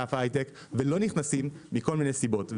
לענף ההיי-טק ולא נכנסים מכל מיני סיבות.